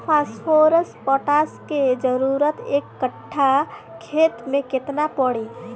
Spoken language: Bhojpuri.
फॉस्फोरस पोटास के जरूरत एक कट्ठा खेत मे केतना पड़ी?